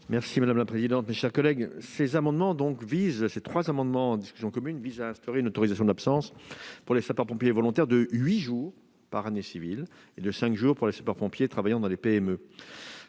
l'avis de la commission ? Ces amendements visent à instaurer une autorisation d'absence pour les sapeurs-pompiers volontaires de huit jours par année civile et de cinq jours pour les sapeurs-pompiers travaillant dans des PME.